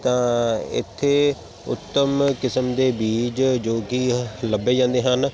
ਤਾਂ ਇੱਥੇ ਉੱਤਮ ਕਿਸਮ ਦੇ ਬੀਜ ਜੋ ਕਿ ਲੱਭੇ ਜਾਂਦੇ ਹਨ